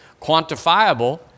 quantifiable